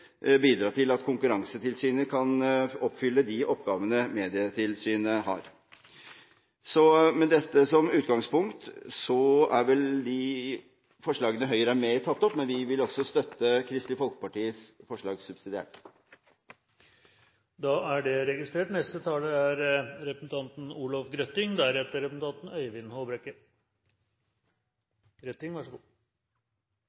bidra til at Konkurransetilsynet kan oppfylle de oppgavene Medietilsynet har. Med dette som utgangspunkt er de forslagene som Høyre er med på, tatt opp. Men vi vil også Kristelig Folkepartis forslag subsidiært. Da er det registrert. Representanten Olemic Thommessen har tatt opp de forslagene han refererte til. I dag behandler vi endringer i medieeierskapsloven. Det er